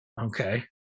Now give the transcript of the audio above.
Okay